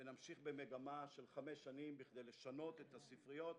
ונמשיך במגמה של חמש שנים כדי לשנות את הספריות